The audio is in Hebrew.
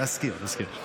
להזכיר.